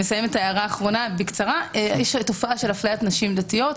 יש תופעת אפליית נשים דתיות.